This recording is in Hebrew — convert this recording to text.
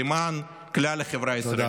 למען כלל החברה הישראלית.